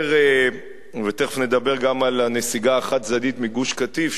ותיכף נדבר גם על הנסיגה החד-צדדית מגוש-קטיף,